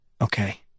Okay